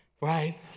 right